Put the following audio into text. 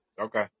Okay